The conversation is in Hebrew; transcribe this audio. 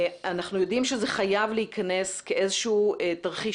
אנחנו יודעים שזה חייב להיכנס כאיזשהו תרחיש